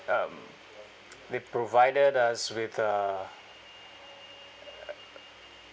um they provided us with uh